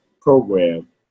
program